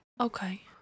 Okay